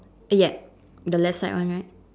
yup the left side one right